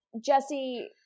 Jesse